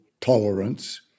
tolerance